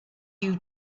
you